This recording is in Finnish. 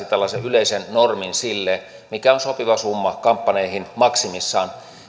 tällaisen yleisen normin sille mikä on sopiva summa kampanjoihin maksimissaan